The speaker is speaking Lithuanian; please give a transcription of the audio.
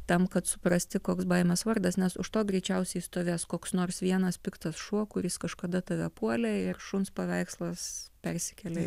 tam kad suprasti koks baimės vardas nes už to greičiausiai stovės koks nors vienas piktas šuo kuris kažkada tave puolė ir šuns paveikslas persikelia į